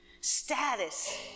status